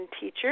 teacher